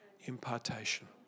impartation